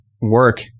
work